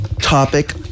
topic